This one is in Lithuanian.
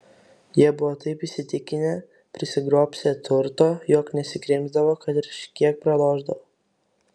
jie buvo taip įsitikinę prisigrobsią turto jog nesikrimsdavo kad ir kiek pralošdavo